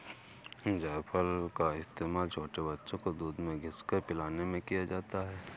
जायफल का इस्तेमाल छोटे बच्चों को दूध में घिस कर पिलाने में किया जाता है